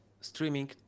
streaming